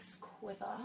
quiver